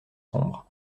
sombres